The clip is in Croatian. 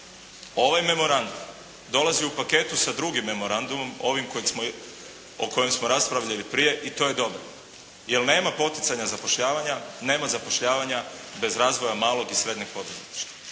Ovaj memorandum dolazi u paketu sa drugim memorandum, ovim o kojem smo raspravljali prije i to je dobro, jer nema poticanja zapošljavanja, nema zapošljavanja bez razvoja malog i srednjeg poduzetništva.